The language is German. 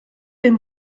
den